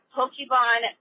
Pokemon